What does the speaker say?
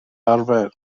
arfer